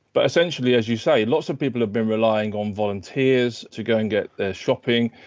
but essentially as you say, lots of people have been relying on volunteers to go and get their shopping.